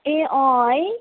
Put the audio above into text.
ए अँ है